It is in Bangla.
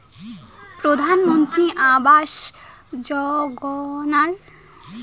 প্রধানমন্ত্রী আবাস যোজনার টাকা কয় কিস্তিতে দেওয়া হয়?